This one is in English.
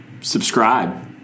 subscribe